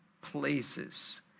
places